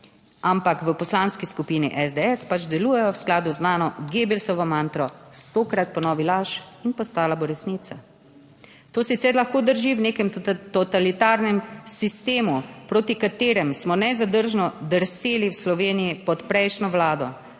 ampak v Poslanski skupini SDS pač delujejo v skladu z znano Gebelsovo mantro, stokrat ponovi laž in postala bo resnica. To sicer lahko drži v nekem totalitarnem sistemu, proti kateremu smo nezadržno drseli v Sloveniji pod prejšnjo vlado,